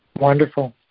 Wonderful